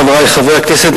חברי חברי הכנסת,